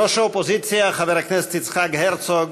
ראש האופוזיציה חבר הכנסת יצחק הרצוג,